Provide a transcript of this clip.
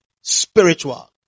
spiritual